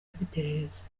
z’iperereza